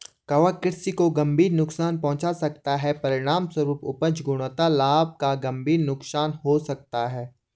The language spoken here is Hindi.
कवक कृषि को गंभीर नुकसान पहुंचा सकता है, परिणामस्वरूप उपज, गुणवत्ता, लाभ का गंभीर नुकसान हो सकता है